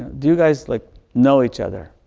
do you guys like know each other?